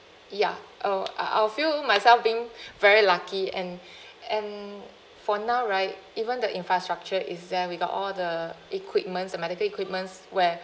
ya oh I I'll feel myself being very lucky and and for now right even the infrastructure is there with all the equipments the medical equipments where